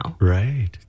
Right